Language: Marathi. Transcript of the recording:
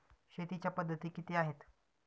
शेतीच्या पद्धती किती आहेत?